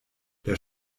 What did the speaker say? der